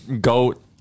Goat